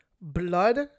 blood